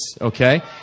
okay